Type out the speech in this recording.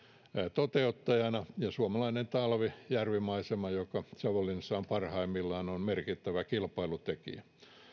toteuttajana ja suomalainen talvi ja järvimaisema joka savonlinnassa on parhaimmillaan on merkittävä kilpailutekijä